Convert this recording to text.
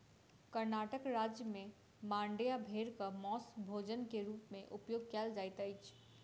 कर्णाटक राज्य में मांड्या भेड़क मौस भोजन के रूप में उपयोग कयल जाइत अछि